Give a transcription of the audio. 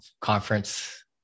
conference